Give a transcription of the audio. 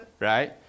right